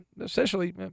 essentially